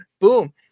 Boom